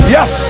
Yes